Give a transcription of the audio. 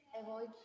avoid